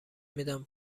میدم